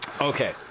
okay